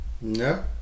No